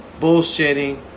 Bullshitting